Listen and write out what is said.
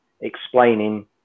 explaining